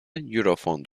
eurofond